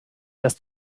das